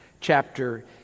chapter